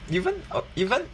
even even